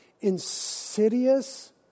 insidious